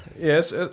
Yes